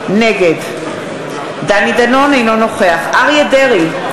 נגד דני דנון, אינו נוכח אריה דרעי,